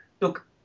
look